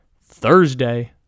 Thursday